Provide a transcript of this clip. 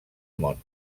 món